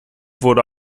wurde